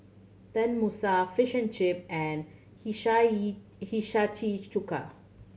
Tenmusu Fish and Chip and Hishayi Chuka